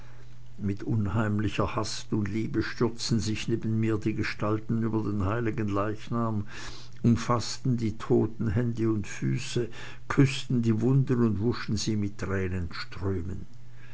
mit unheimlicher hast und liebe stürzten sich neben mir die gestalten über den heiligen leichnam umfaßten die toten hände und füße küßten die wunden und wuschen sie mit tränenströmen